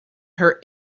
her